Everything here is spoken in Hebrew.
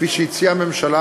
כפי שהציעה הממשלה,